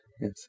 Yes